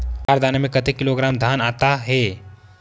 बार दाना में कतेक किलोग्राम धान आता हे?